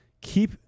Keep